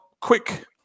quick